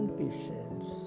patients